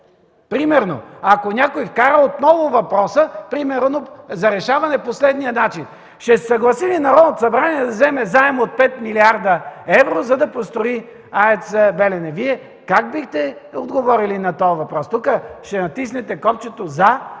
вдругиден, ако някой вкара отново въпроса примерно за решаване по следния начин: „Ще се съгласи ли Народното събрание да вземе заем от 5 млрд. евро, за да построи АЕЦ „Белене”?” Вие как бихте отговорили на този въпрос? Тук ще натиснете копчето „за”